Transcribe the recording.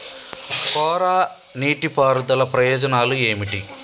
కోరా నీటి పారుదల ప్రయోజనాలు ఏమిటి?